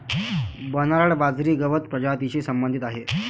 Bernard बाजरी गवत प्रजातीशी संबंधित आहे